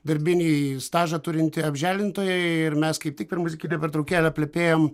darbinį stažą turinti apželdintoja ir mes kaip tik per muzikinę pertraukėlę plepėjom